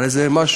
הרי זה משהו